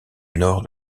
nord